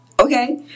okay